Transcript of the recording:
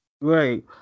Right